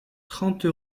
trente